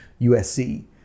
USC